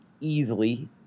easily